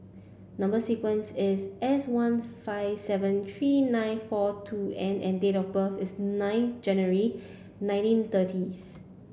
number sequence is S one five seven three nine four two N and date of birth is nine January nineteen thirtieth